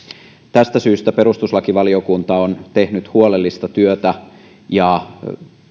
tästä syystä perustuslakivaliokunta on tehnyt huolellista työtä ja